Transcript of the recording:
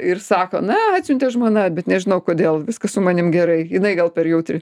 ir sako na atsiuntė žmona bet nežinau kodėl viskas su manim gerai jinai gal per jautri